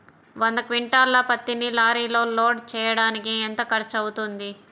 వంద క్వింటాళ్ల పత్తిని లారీలో లోడ్ చేయడానికి ఎంత ఖర్చవుతుంది?